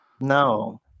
No